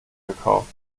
gekauft